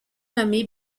nommé